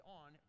on